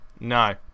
no